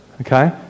Okay